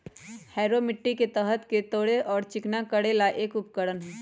harrow मिट्टी के सतह के तोड़े और चिकना करे ला एक उपकरण हई